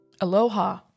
aloha